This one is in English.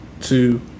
two